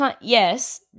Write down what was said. Yes